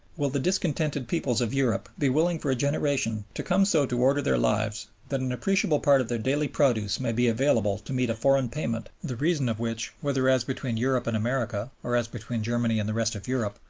will the discontented peoples of europe be willing for a generation to come so to order their lives that an appreciable part of their daily produce may be available to meet a foreign payment, the reason of which, whether as between europe and america, or as between germany and the rest of europe,